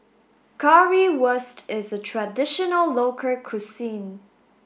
Currywurst is a traditional local cuisine